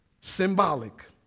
symbolic